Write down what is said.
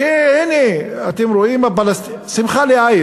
הנה, אתם רואים, הפלסטינים שמחה לאיד.